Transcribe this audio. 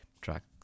tracks